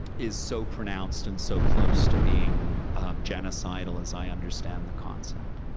is so pronounced and so close to being genocidal as i understand the concept.